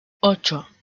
ocho